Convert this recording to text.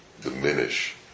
Diminish